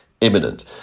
imminent